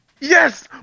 Yes